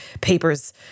papers